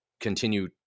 continue